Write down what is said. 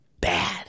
bad